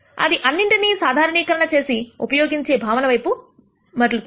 అది అన్నింటిని సాధారణీకరణ చేసి ఉపయోగించే భావన వైపు మరలుతుంది